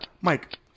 Mike